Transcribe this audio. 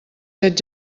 set